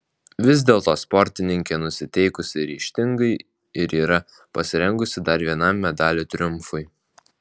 vis dėlto sportininkė nusiteikusi ryžtingai ir yra pasirengusi dar vienam medalių triumfui